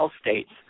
states